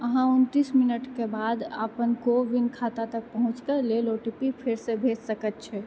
अहाँ उनतीस मिनटके बाद अपन को विन खाता तक पहुँचैक लेल ओ टी पी फेरसँ भेज सकैत छी